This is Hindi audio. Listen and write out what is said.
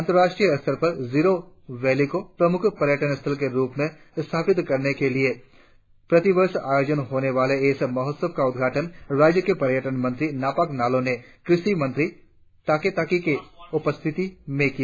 अंतर्राष्ट्रीय स्तर पर जीरों वैली को प्रमुख पर्यटन स्थल के रुप में स्थापित करने के लिए प्रतिवर्ष आयोजित होने वाले इस महोत्सव का उद्घाटन राज्य के पर्यटन मंत्री नाकाप नालो ने कृषि मंत्री तागे ताकी की उपस्थिति में किया